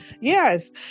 Yes